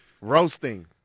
Roasting